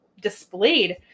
displayed